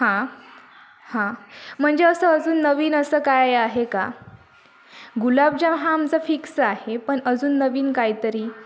हां हां म्हणजे असं अजून नवीन असं काही आहे का गुलाबजाम हा आमचा फिक्स आहे पण अजून नवीन काहीतरी